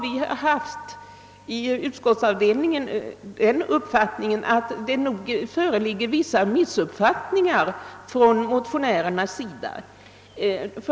Inom utskottsavdelningen har vi emellertid trott oss förstå att det föreligger vissa missuppfattningar från motionärernas sida.